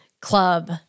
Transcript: club